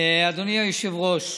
אדוני היושב-ראש,